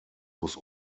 muss